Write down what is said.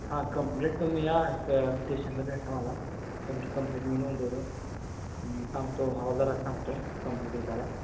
हां कंप्लेट तुम्ही या क स्टेशनला भेटा मला तुमची कंप्लेट मी नोंदवतो सांगतो हवालदाराला सांगतो कंप्लेट हे करा